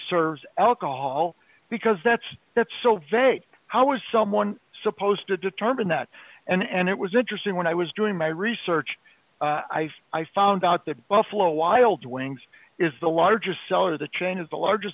serves alcohol because that's that's so vague how is someone supposed to determine that and it was interesting when i was doing my research i've i found out that buffalo wild wings is the largest seller the chain is the largest